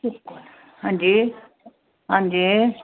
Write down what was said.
हंजी हंजी